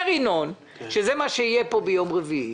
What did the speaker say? אומר ינון, שזה מה שיש פה ביום רביעי,